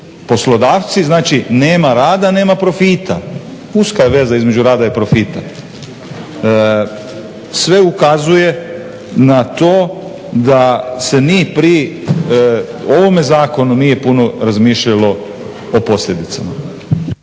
poslodavci, znači nema rada, nema profita. Uska je veza između rada i profita. Sve ukazuje na to da se ni pri ovome zakonu nije puno razmišljalo o posljedicama.